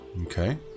Okay